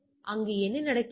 எனவே அங்கு என்ன நடக்கிறது